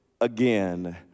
again